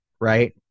right